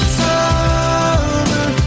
summer